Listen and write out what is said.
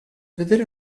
vedere